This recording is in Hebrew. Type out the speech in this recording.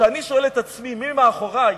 כשאני שואל את עצמי מי מאחורי,